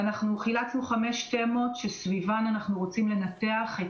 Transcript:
חילצנו 5 תימות שסביבן אנחנו רוצים לנתח את